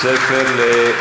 מתל-שבע,